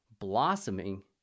blossoming